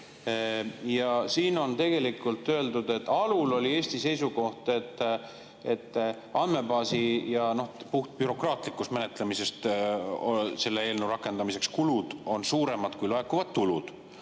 Siin on tegelikult öeldud, et algul oli Eesti seisukoht, et andmebaasiga ja puhtbürokraatliku menetlemisega seotud kulud selle eelnõu rakendamiseks on suuremad kui laekuvad tulud.